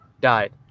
died